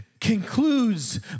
concludes